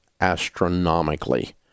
astronomically